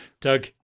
Doug